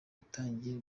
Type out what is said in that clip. utangiye